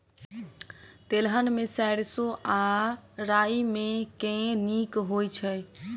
तेलहन मे सैरसो आ राई मे केँ नीक होइ छै?